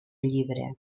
llibre